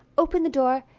opened the door,